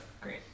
Great